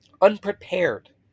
unprepared